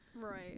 right